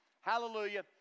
hallelujah